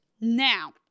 Now